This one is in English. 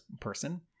person